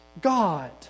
God